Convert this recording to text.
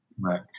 right